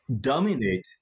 dominate